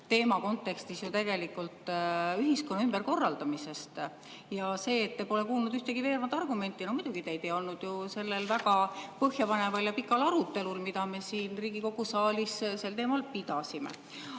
teema kontekstis ju tegelikult ühiskonna ümberkorraldamisest. Ja see, et te pole kuulnud ühtegi veenvat argumenti – no muidugi, teid ei olnud ju sellel väga põhjapaneval ja pikal arutelul, mida me siin Riigikogu saalis sel teemal pidasime.